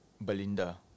Belinda